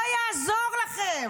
לא יעזור לכם,